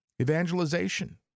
evangelization